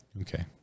Okay